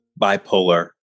bipolar